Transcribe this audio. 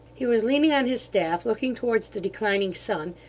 he was leaning on his staff looking towards the declining sun,